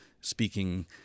speaking